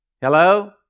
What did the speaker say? Hello